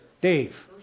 Dave